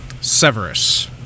Severus